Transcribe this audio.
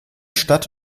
stadt